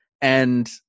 and-